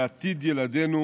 לעתיד ילדינו